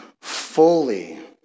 fully